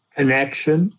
Connection